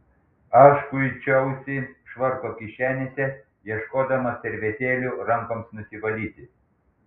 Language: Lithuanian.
aš kuičiausi švarko kišenėse ieškodamas servetėlių rankoms nusivalyti